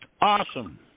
Awesome